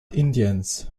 indiens